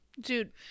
Dude